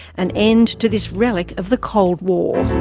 an end to this relic of the cold war.